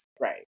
Right